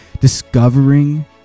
discovering